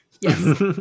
Yes